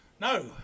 no